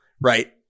right